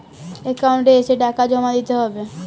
Account এসে টাকা জমা দিতে হবে?